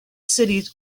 cities